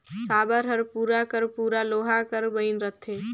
साबर हर पूरा कर पूरा लोहा कर बइन रहथे